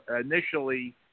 initially